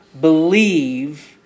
believe